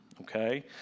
okay